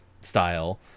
style